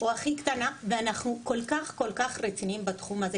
או הכי קטנה ואנחנו כל-כך רציניים בתחום הזה,